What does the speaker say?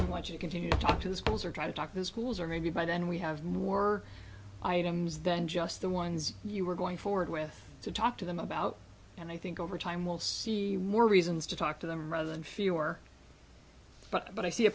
i want to continue to talk to the schools or try to talk to schools or maybe by then we have more items than just the ones you were going forward with to talk to them about and i think over time we'll see more reasons to talk to them rather than fewer but i see a